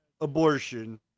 abortion